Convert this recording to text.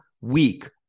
week